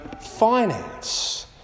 finance